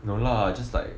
no lah just like